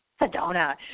Sedona